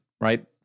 right